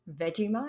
Vegemite